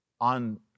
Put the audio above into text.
on